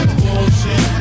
bullshit